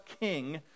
king